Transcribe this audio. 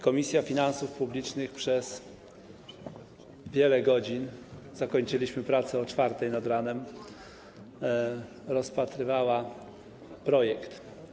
Komisja Finansów Publicznych przez wiele godzin, zakończyliśmy prace o godz. 4 nad ranem, rozpatrywała projekt.